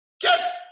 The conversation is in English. Get